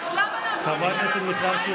למה לעשות את זה לעצמכם?